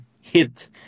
hit